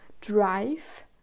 drive